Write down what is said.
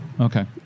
Okay